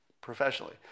professionally